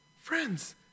Friends